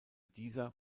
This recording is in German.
dieser